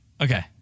Okay